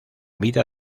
vida